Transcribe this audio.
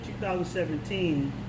2017